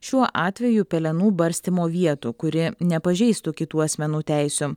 šiuo atveju pelenų barstymo vietų kuri nepažeistų kitų asmenų teisių